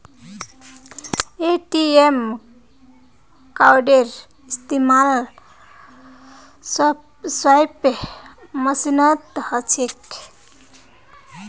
ATM कार्डेर इस्तमाल swipe मशीनत ह छेक